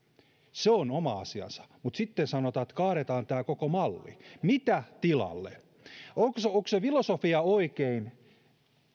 se on oma asiansa mutta sitten sanotaan että kaadetaan tämä koko malli mitä tilalle onko se onko se filosofia oikein